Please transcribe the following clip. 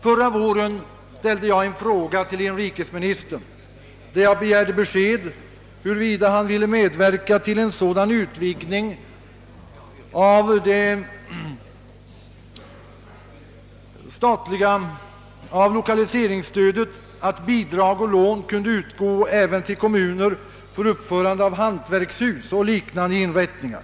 Förra våren ställde jag en fråga till inrikesministern där jag begärde besked, huruvida han ville medverka till en sådan utvidgning av lokaliseringsstödet att bidrag och lån kunde utgå även till kommuner för uppförande av hantverkshus och liknande inrättningar.